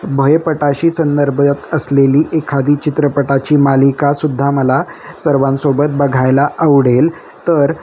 भयपटाशी संदर्भात असलेली एखादी चित्रपटाची मालिकासुद्धा मला सर्वांसोबत बघायला आवडेल तर